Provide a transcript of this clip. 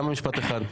למה משפט אחד?